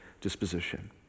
disposition